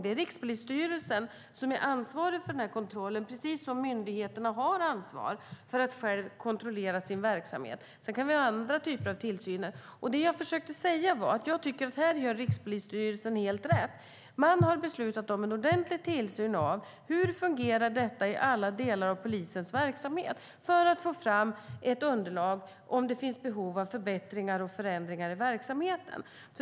Det är Rikspolisstyrelsen som är ansvarig för kontrollen, precis som myndigheterna har ansvar för att själva kontrollera sin verksamhet. Vi kan även ha andra typer av tillsyn. Det jag försökte säga var att jag tycker att Rikspolisstyrelsen gör helt rätt. Man har beslutat om en ordentlig tillsyn av hur detta fungerar i alla delar av polisens verksamhet för att få fram ett underlag som visar om det finns behov av förbättringar och förändringar i verksamheten.